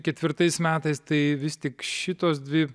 ketvirtais metais tai vis tik šitos dvi